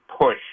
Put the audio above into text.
push